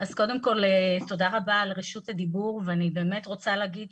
אז קודם כל תודה רבה על רשות הדיבור ואני באמת רוצה להגיד